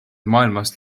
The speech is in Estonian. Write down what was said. maailmast